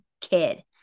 kid